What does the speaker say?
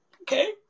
Okay